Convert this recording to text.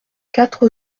quatre